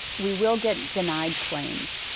we will get denied claims,